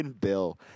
Bill